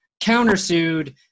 countersued